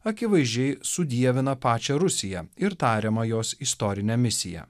akivaizdžiai sudievina pačią rusiją ir tariamą jos istorinę misiją